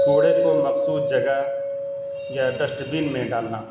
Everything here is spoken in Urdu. کوڑے کو مخصوص جگہ یا ڈسٹ بن میں ڈالنا